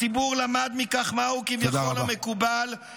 הציבור למד מכך מהו המקובל, כביכול, תודה רבה.